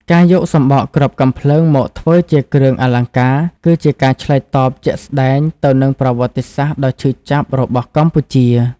ការយកសម្បកគ្រាប់កាំភ្លើងមកធ្វើជាគ្រឿងអលង្ការ គឺជាការឆ្លើយតបជាក់ស្ដែងទៅនឹងប្រវត្តិសាស្ត្រដ៏ឈឺចាប់របស់កម្ពុជា។